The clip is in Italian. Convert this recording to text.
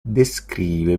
descrive